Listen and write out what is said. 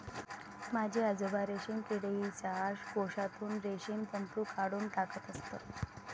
माझे आजोबा रेशीम किडीच्या कोशातून रेशीम तंतू काढून टाकत असत